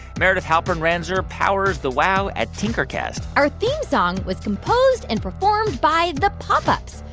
meredith halpern-ranzer powers the wow at tinkercast our theme song was composed and performed by the pop ups.